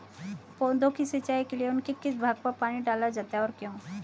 पौधों की सिंचाई के लिए उनके किस भाग पर पानी डाला जाता है और क्यों?